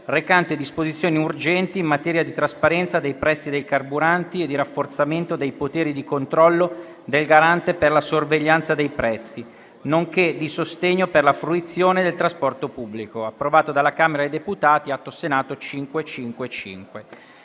reca disposizioni urgenti in materia di trasparenza dei prezzi dei carburanti e di rafforzamento dei poteri di controllo del Garante per la sorveglianza dei prezzi, nonché di sostegno per la fruizione del trasporto pubblico. È evidente che si tratta di